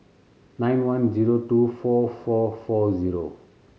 nine one zero two four four four zero